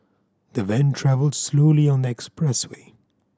the van travelled slowly on the expressway